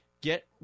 get